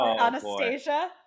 Anastasia